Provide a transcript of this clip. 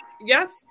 Yes